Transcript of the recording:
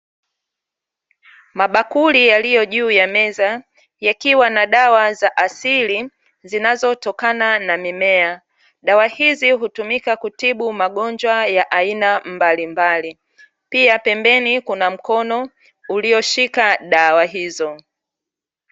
Mabakuli yaliyojuu ya meza, yakiwa na dawa za asili zinazotokana na mimea. Dawa hizi hutumika kutibu magonjwa ya aina mbalimbali. Pia pembeni kuna mkono ulioshika dawa hizo.